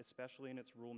especially in its rule